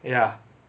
ya